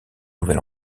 nouvel